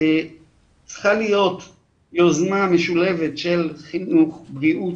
שצריכה להיות יוזמה משולבת של חינוך, בריאות,